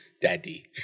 Daddy